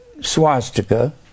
swastika